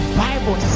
bible